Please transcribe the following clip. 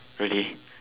really